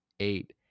Eight